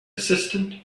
assistant